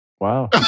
Wow